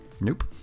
Nope